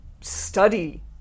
study